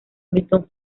milton